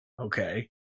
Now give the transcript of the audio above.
Okay